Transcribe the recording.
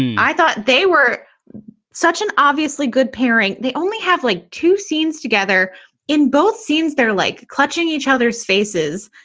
and i thought they were such an obviously good pairing. they only have like two scenes together in both scenes. they're like clutching each other's faces.